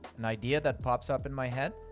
an idea that pops up in my head,